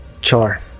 Char